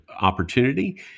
opportunity